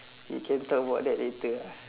you can talk about that later ah